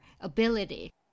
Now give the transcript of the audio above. ability